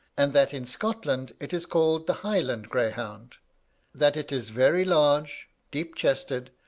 and that in scotland it is called the highland greyhound that it is very large, deep-chested,